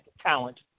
talent